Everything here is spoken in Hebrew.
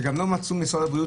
שגם לא מצאו לנכון משרד הבריאות